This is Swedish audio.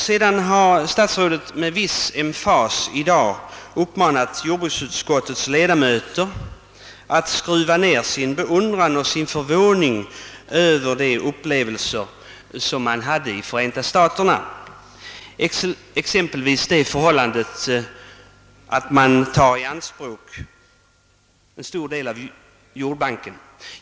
Statsrådet har med viss emfas i dag uppmanat jordbruksutskottets ledamöter att skruva ner sin beundran och sin förvåning över de upplevelser man hade i Förenta staterna, exempelvis det förhållandet att man tar i anspråk en stor del av jordbanken.